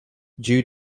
due